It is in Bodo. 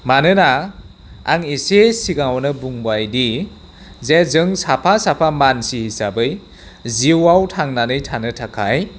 मानोना आं एसे सिगाङावनो बुंबाय दि जे जों साफा साफा मानसि हिसाबै जिउआव थांनानै थानो थाखाय